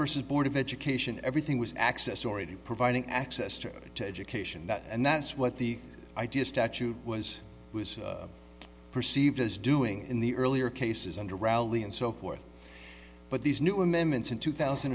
versus board of education everything was access already providing access to education that and that's what the idea statute was perceived as doing in the earlier cases under rally and so forth but these new amendments in two thousand